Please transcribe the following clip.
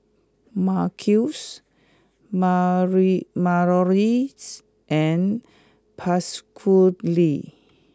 Marquis Mary Malorie and Pasquale